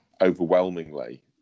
overwhelmingly